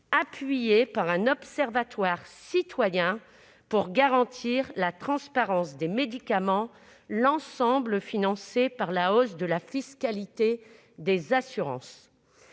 appuyé par un observatoire citoyen, afin de garantir la transparence des médicaments, et financé par la hausse de la fiscalité des assurances.